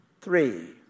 three